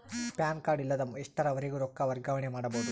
PAN card ಇಲ್ಲದ ಎಷ್ಟರವರೆಗೂ ರೊಕ್ಕ ವರ್ಗಾವಣೆ ಮಾಡಬಹುದು?